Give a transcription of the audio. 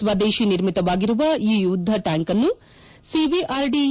ಸ್ವದೇಶಿ ನಿರ್ಮಿತವಾಗಿರುವ ಈ ಯುದ್ಧ ಟ್ಯಾಂಕನ್ನು ಸಿವಿಆರ್ಡಿಇ